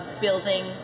building